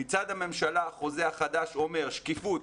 מצד הממשלה החוזה החדש אומר שקיפות,